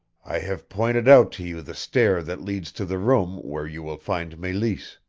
i have pointed out to you the stair that leads to the room where you will find meleese.